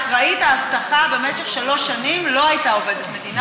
פורסם שאחראית האבטחה במשך שלוש שנים לא הייתה עובדת מדינה,